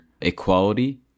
equality